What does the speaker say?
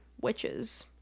witches